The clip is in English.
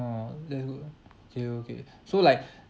level ah okay okay so like